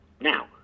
Now